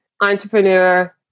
entrepreneur